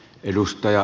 kiitos